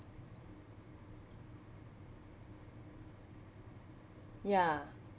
ya